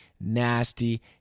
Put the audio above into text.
nasty